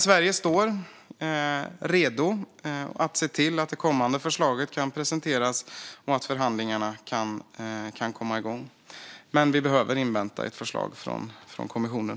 Sverige står redo att se till att det kommande förslaget kan presenteras och att förhandlingarna kan komma igång, men vi behöver invänta ett förslag från kommissionen.